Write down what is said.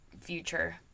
future